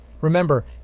Remember